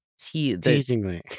Teasingly